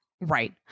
Right